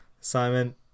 Simon